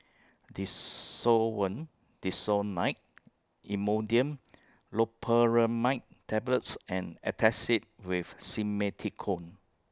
Desowen Desonide Imodium Loperamide Tablets and Antacid with Simethicone